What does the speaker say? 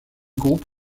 groupe